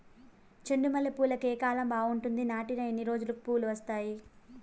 చెండు మల్లె పూలుకి ఏ కాలం బావుంటుంది? నాటిన ఎన్ని రోజులకు పూలు వస్తాయి?